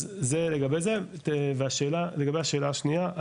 אז זה לגבי זה ולגבי השאלה השנייה,